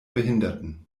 behinderten